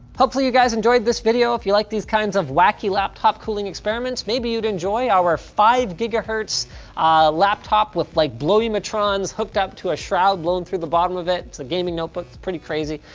hopefully you guys enjoyed this video, if you like these kinds of wacky laptop cooling experiments maybe you'd enjoy our five gigahertz um laptop with like blowimatrons hooked up to a shroud blown through the bottom of it, it's a gaming notebook, pretty crazy,